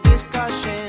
Discussion